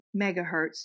megahertz